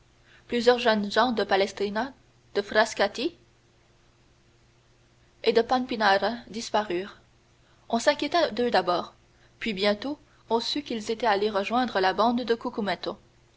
plusieurs jeunes gens de palestrina de frascati et de pampinara disparurent on s'inquiéta d'eux d'abord puis bientôt on sut qu'ils étaient allés rejoindre la bande de